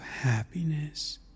happiness